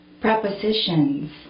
prepositions